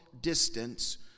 distance